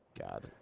God